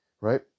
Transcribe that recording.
right